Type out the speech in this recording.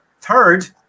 Third